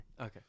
Okay